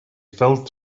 filled